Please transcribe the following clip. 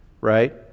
right